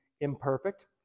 imperfect